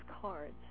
cards